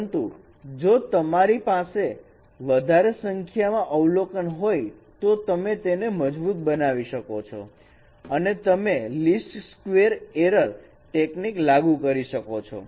પરંતુ જો તમારી પાસે વધારે સંખ્યામાં અવલોકન હોય તો તમે તેને મજબૂત બનાવી શકો છો અને તમે લીસ્ટ સ્ક્વેર એરર ટેકનીક લાગુ કરી શકો છો